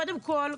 קודם כל,